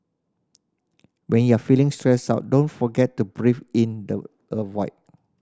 when you are feeling stressed out don't forget to breathe in the a void